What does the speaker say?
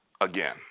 Again